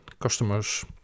customers